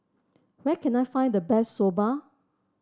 where can I find the best Soba